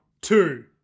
two